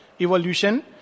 evolution